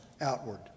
outward